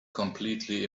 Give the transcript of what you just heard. completely